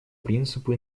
принципу